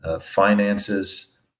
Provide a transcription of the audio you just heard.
finances